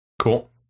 Cool